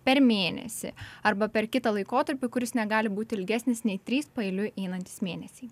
per mėnesį arba per kitą laikotarpį kuris negali būti ilgesnis nei trys paeiliui einantys mėnesiai